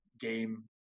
game